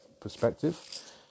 perspective